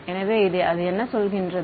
எனவே அது என்ன சொல்கின்றது